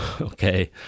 okay